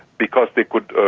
because they could